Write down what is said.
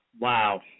Wow